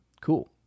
Cool